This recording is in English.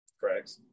Correct